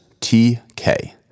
TK